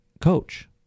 coach